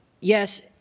yes